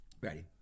Ready